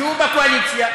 שהוא בקואליציה,